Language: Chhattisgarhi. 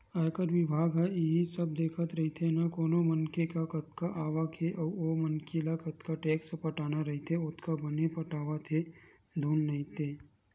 आयकर बिभाग ह इही सब देखत रहिथे ना कोन मनखे कर कतका आवक हे अउ ओ मनखे ल जतका टेक्स पटाना रहिथे ओतका बने पटावत हे धुन नइ ते